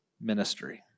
ministry